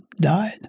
died